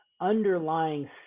underlying